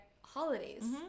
holidays